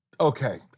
Okay